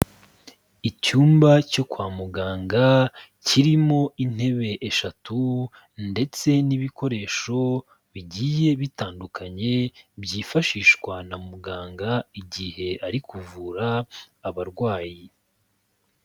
Icyumba cyo kwa muganga kirimo intebe eshatu ndetse n'ibikoresho bigiye bitandukanye byifashishwa na muganga igihe ari kuvura abarwayi.